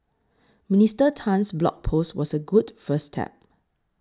Minister Tan's blog post was a good first step